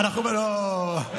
לא,